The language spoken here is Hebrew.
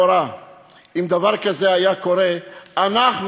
אם דבר כזה היה קורה באירופה הנאורה,